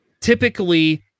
typically